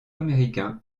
américain